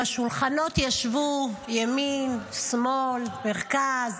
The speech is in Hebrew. בשולחנות ישבו ימין, שמאל, מרכז,